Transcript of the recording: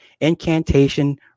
Incantation